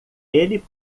ele